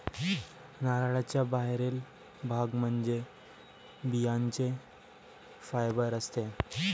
नारळाचा बाहेरील भाग म्हणजे बियांचे फायबर असते